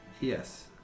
Yes